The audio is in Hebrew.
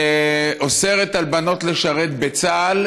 שאוסרת על בנות לשרת בצה"ל.